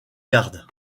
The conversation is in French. gardes